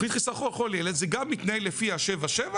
בתכנית חיסכון לכל ילד זה גם מתנהל לפי ה-77.